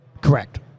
Correct